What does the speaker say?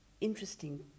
interesting